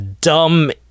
dumb